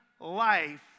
life